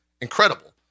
incredible